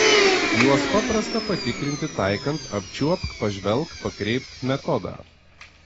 juos paprasta patikrinti taikant apčiuopk pažvelk pakreipk metodą